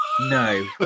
No